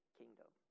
kingdom